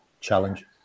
challenge